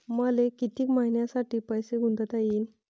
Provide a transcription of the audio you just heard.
मले कितीक मईन्यासाठी पैसे गुंतवता येईन?